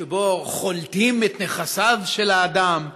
שבה חולטים את נכסיו של האדם,